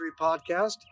podcast